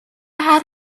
had